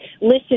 listen